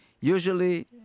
usually